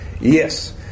Yes